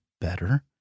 better